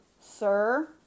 Sir